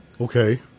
Okay